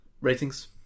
ratings